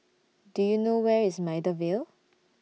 Do YOU know Where IS Maida Vale